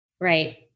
right